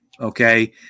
okay